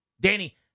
Danny